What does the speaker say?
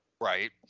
Right